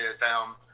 down